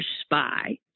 spy